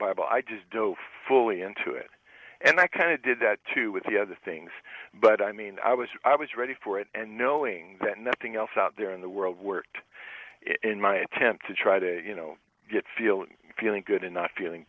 bible i just don't fully into it and i kind of did that too with the other things but i mean i was i was ready for it and knowing that nothing else out there in the world worked in my attempt to try to you know get feeling feeling good and not feeling